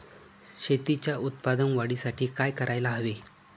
शेतीच्या उत्पादन वाढीसाठी काय करायला हवे?